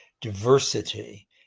diversity